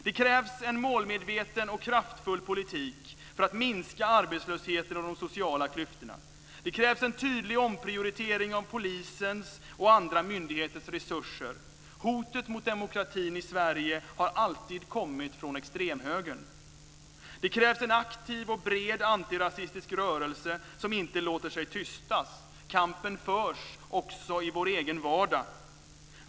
Det krävs en målmedveten och kraftfull politik för att minska arbetslösheten och de sociala klyftorna. Det krävs en tydlig omprioritering av polisens och andra myndigheters resurser. Hotet mot demokratin i Sverige har alltid kommit från extremhögern. Det krävs en aktiv och bred antirasistisk rörelse som inte låter sig tystas. Kampen förs också i vår egen vardag.